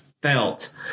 felt